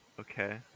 Okay